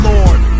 Lord